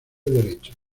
derechos